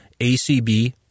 ACB